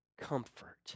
comfort